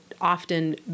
often